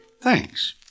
Thanks